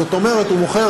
זאת אומרת, הוא מוכר